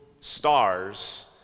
stars